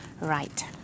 Right